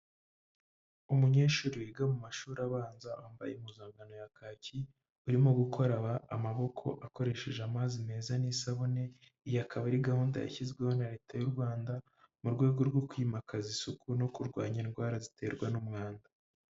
Umunyeshuri wiga mu mashuri abanza wambaye impuzankano ya kaki, urimo gukoraba amaboko akoresheje amazi meza n'isabune, iyi akaba ari gahunda yashyizweho na Leta y'u Rwanda, mu rwego rwo kwimakaza isuku no kurwanya indwara ziterwa n'umwanda.